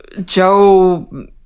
Joe